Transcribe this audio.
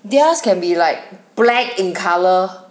theirs can be like black in colour